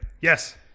Yes